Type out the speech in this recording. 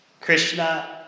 Krishna